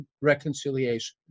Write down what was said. reconciliation